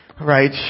right